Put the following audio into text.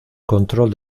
control